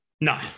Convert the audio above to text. No